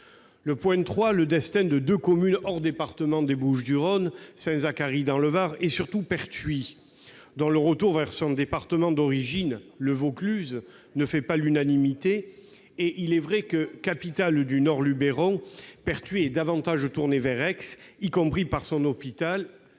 point, le destin de deux communes hors département des Bouches-du-Rhône, Saint-Zacharie, dans le Var, et surtout Pertuis, dont le retour vers son département d'origine, le Vaucluse, ne fait pas l'unanimité. Capitale du nord du Lubéron, il est vrai que Pertuis est davantage tournée vers Aix, y compris pour ce qui